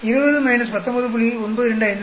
20 19